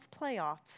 playoffs